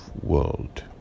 world